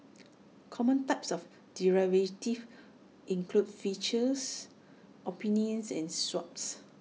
common types of derivatives include futures options and swaps